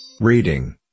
Reading